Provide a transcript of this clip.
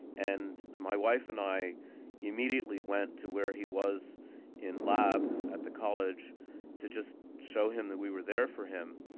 and my wife and i immediately went to where he was in lab at the college to just show him that we were there for him.